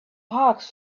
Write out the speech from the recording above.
hawks